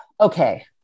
okay